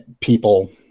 People